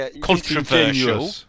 controversial